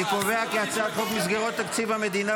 אני קובע כי הצעת חוק מסגרות תקציב המדינה